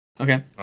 Okay